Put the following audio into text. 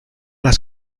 las